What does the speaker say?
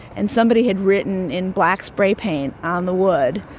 and somebody had written in black spray paint on the wood,